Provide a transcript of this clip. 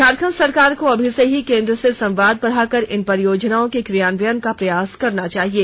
झारखण्ड सरकार को अभी से ही केंद्र से संवाद बढ़ाकर इन परियोजनाओं के क्रियान्वयन का प्रयास करना चाहिये